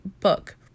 book